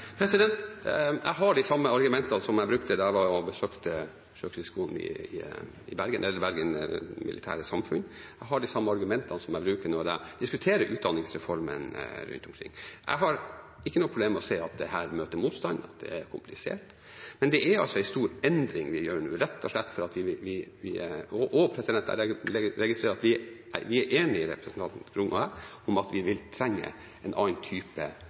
Jeg har de samme argumentene som jeg brukte da jeg besøkte Sjøkrigsskolen og Bergen Militære Samfunn. Jeg har de samme argumentene som jeg bruker når jeg diskuterer utdanningsreformen rundt omkring. Jeg har ingen problemer med å se at jeg møter motstand, at det er komplisert, men det er altså en stor endring vi gjør nå. Jeg registrerer at representanten Grung og jeg er enige om at vi vil trenge en annen type offiser og en annen type spesialist i framtida, rett og slett fordi bildet vil være mer komplisert. Det at vi